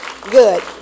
good